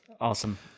Awesome